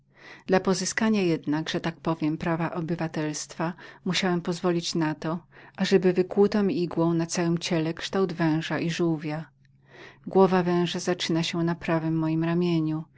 dla pozyskania jednak że tak rzekę prawa obywatelstwa musiałem pozwolić ażeby wykłuto mi igłą na całem ciele kształt węża i żółwia głowa węża miała zaczynać się na prawem mojem ramieniu